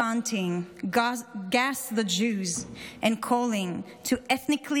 chanting "gas the Jews" and calling to “ethnically